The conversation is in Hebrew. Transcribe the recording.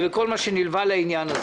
כל מה שנלווה לעניין הזה.